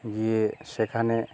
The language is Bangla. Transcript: গিয়ে সেখানে